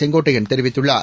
செங்கோட்டையன் தெரிவித்துள்ளார்